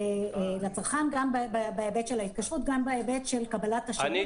לצרכן גם בהיבט של ההתקשרות וגם בהיבט של קבלת השירות.